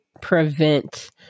prevent